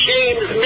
James